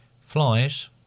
Flies